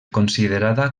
considerada